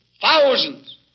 thousands